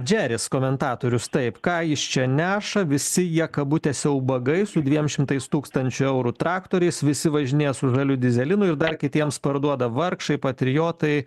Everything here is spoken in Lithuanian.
džeris komentatorius taip ką jis čia neša visi jie kabutėse ubagai su dviem šimtais tūkstančių eurų traktoriais visi važinėja su žaliu dyzelinui ir dar kitiems parduoda vargšai patriotai